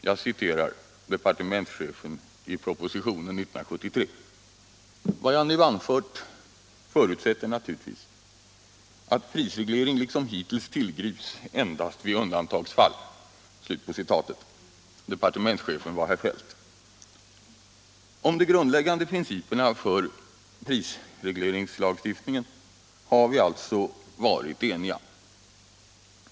Jag citerar departementschefen i propositionen 1973: ”Vad jag nu anfört förutsätter naturligtvis att prisreglering liksom hittills tillämpas endast i undantagsfall.” Departementschef var herr Feldt. Om de grundläggande principerna för prisregleringslagstiftningen har vi alltså varit eniga.